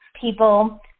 people